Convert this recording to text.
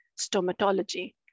stomatology